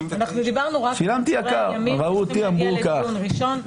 אנחנו דיברנו רק על עצורי הימים שצריכים להגיע לדיון ראשון.